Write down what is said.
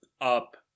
up